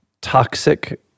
toxic